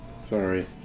Sorry